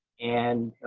and